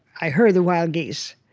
ah heard the wild geese.